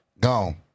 Gone